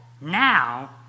now